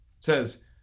says